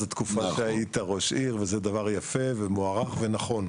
התקופה שהיית ראש עיר וזה דבר יפה ומוערך ונכון.